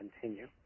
continue